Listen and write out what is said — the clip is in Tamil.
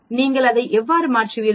நீங்கள் அதை எவ்வாறு மாற்றுவீர்கள்